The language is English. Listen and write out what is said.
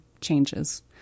changes